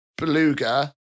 beluga